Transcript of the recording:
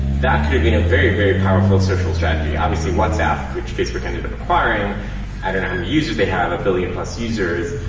that could have been a very, very powerful social strategy. obviously, whatsapp which facebook ended up acquiring i don't know how many users they have, a billion plus users.